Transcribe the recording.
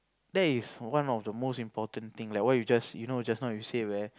that is one of the most important thing like what you just you know just now you said right